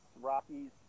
Rockies